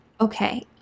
okay